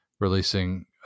releasing